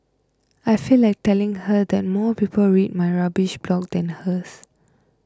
I feel like telling her that more people read my rubbish blog than hers